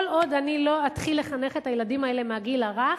כל עוד אני לא אתחיל לחנך את הילדים האלה מהגיל הרך,